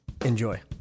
Enjoy